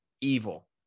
evil